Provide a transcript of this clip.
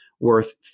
Worth